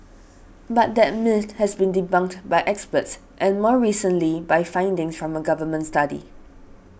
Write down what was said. but that myth has been debunked by experts and more recently by findings from a Government study